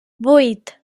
vuit